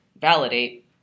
validate